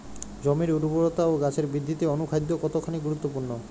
জমির উর্বরতা ও গাছের বৃদ্ধিতে অনুখাদ্য কতখানি গুরুত্বপূর্ণ?